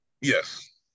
Yes